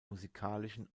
musikalischen